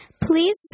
Please